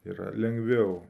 yra lengviau